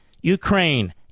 Ukraine